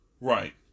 Right